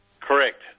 Correct